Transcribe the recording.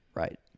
Right